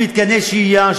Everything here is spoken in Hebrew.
מתקני שהייה,